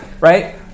right